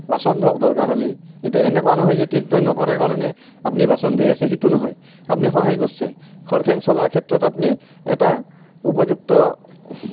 বাচন ধুৱক দৰকাৰ হ'লে কিন্তু এনেকুৱা নহয় যে তিৰীটোৱে নকৰে কাৰণেই আপুনি বাচন ধুই আছে সেইটো নহয় আপুনি সহায় কৰিছে ঘৰখন চলাৰ ক্ষেত্ৰত আপুনি এটা উপযুক্ত